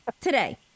Today